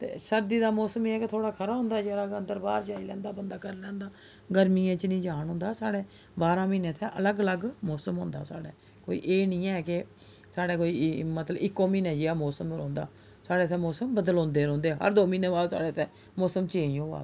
ते सर्दी दा मौसम एह् ऐ कि थोह्ड़ा खरा होंदा जरा अंदर बाह्र जाई लैंदा बंदा करी लैंदा गर्मियें च निं जान होंदा साढ़ै बारां म्हीने इत्थै अलग अलग मौसम होंदा साढ़े कोई एह् निं ऐ कि साढ़े कोई मतलब इक्को म्हीनै जेहा मौसम रौंह्दा साढ़े इत्थै मौसम बदलोंदे रौंह्दे हर दो म्हीने बाद साढ़े इत्थै मौसम चेंज होआ दा